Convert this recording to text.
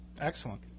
Excellent